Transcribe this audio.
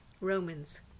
Romans